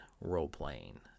role-playing